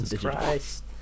Christ